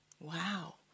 Wow